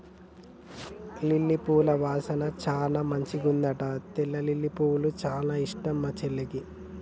lily పూల వాసన చానా మంచిగుంటది తెల్ల లిల్లీపూలు చానా ఇష్టం మా చెల్లికి